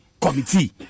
committee